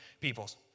peoples